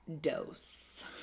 Dose